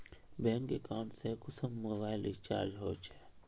Bank account से कुंसम mobile recharge होचे?